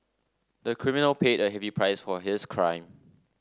the criminal paid a heavy price for his crime